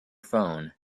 phone